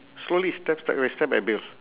slowly step step by step I build